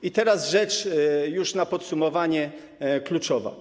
I teraz rzecz, już na podsumowanie, kluczowa.